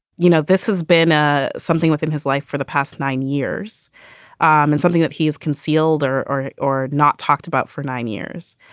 you know, this has been a something within his life for the past nine years and something that he has concealed or or or not talked about for nine years.